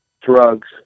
Drugs